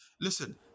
Listen